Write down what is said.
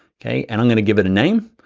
okay, and i'm gonna give it a name.